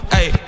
Hey